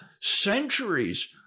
centuries